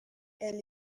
elle